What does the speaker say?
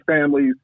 families